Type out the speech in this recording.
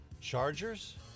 Chargers